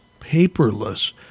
paperless